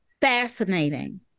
fascinating